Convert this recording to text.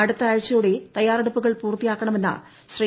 അടുത്ത ആഴ്ചയോടെ തയ്യാറെടുപ്പുകൾ പൂർത്തിയാക്കണമെന്ന് ശ്രീ